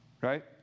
Right